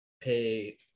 pay